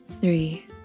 Three